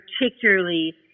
particularly